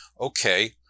okay